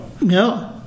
No